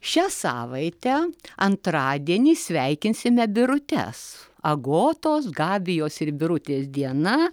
šią savaitę antradienį sveikinsime birutes agotos gabijos ir birutės diena